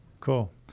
Cool